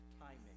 timing